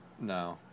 No